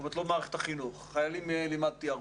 לא במערכת החינוך, את החיילים לימדתי הרבה,